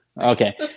Okay